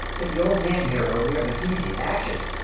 if the old man hear her, we are but faeces, ashes.